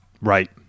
right